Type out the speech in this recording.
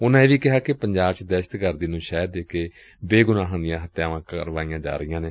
ਉਨਾਂ ਇਹ ਵੀ ਕਿਹਾ ਕਿ ਪੰਜਾਬ ਚ ਦਹਿਸਤਗਰਦੀ ਨੂੰ ਸ਼ਹਿ ਦੇ ਕੇ ਬੇਗੁਨਾਹਾਂ ਦੀਆਂ ਹਤਿਆਵਾਂ ਕਰਵਾਈਆਂ ਜਾ ਰਹੀਆਂ ਨੇ